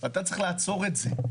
ואתה צריך לעצור את זה.